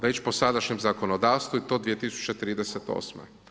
Već po sadašnjem zakonodavstvu i to 2038.